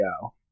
go